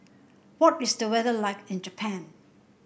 what is the weather like in Japan